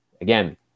again